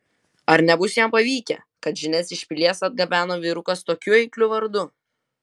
ar nebus jam pavykę kad žinias iš pilies atgabeno vyrukas tokiu eikliu vardu